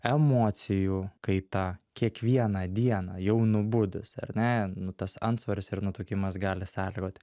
emocijų kaita kiekvieną dieną jau nubudus ar ne nu tas antsvoris ir nutukimas gali sąlygot